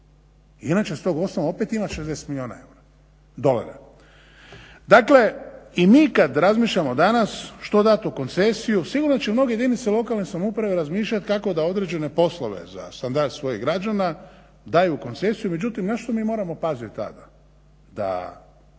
INA će s tog osnova opet imati 60 milijuna dolara. Dakle i mi kada razmišljamo danas što dati u koncesiju sigurno da će mnoge jedinice lokalne samouprave razmišljati kako da određene poslove za standard svoji građana daju u koncesiju. Međutim na što mi moramo paziti tada? Da